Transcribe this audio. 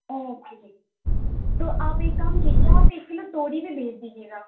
okay تو آپ ایک کام کیجیے آپ ایک کلو توری بھی بھیج دیجیے گا